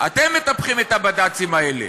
אתם מטפחים את הבד"צים האלה.